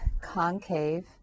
concave